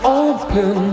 open